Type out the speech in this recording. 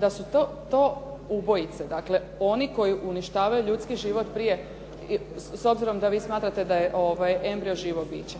da su to ubojice, dakle oni koji uništavaju ljudskih život prije, s obzirom da vi smatrate da je embrio živo biće.